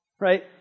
right